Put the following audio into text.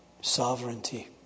sovereignty